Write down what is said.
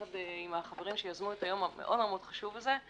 ביחד עם החברים שיזמו את היום החשוב מאוד הזה,